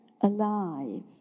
alive